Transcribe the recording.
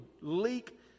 leak